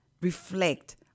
reflect